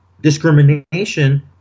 discrimination